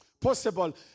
possible